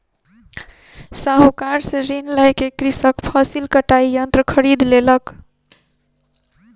साहूकार से ऋण लय क कृषक फसिल कटाई यंत्र खरीद लेलक